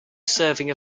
serving